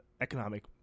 economic